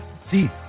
see